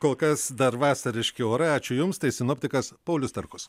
kol kas dar vasariški orai ačiū jums tai sinoptikas paulius starkus